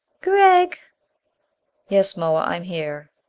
gregg yes, moa. i'm here.